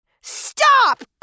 Stop